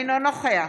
אינו נוכח